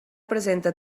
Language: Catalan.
presenta